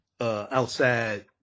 outside